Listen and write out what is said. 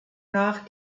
nach